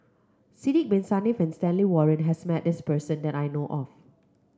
Sidek Bin Saniff and Stanley Warren has met this person that I know of